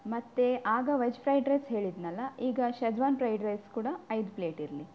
ಮತ್ತು ಆಗ veg fried rice ಹೇಳಿದ್ದೆನಲ್ಲ ಈಗ ಶೆಜ್ವಾನ್ ಫ್ರೈಡ್ ರೈಸ್ ಕೂಡ ಐದು ಪ್ಲೇಟ್ ಇರಲಿ